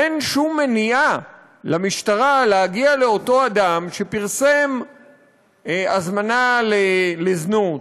אין שום מניעה למשטרה להגיע לאותו אדם שפרסם הזמנה לזנות,